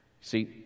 See